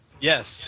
Yes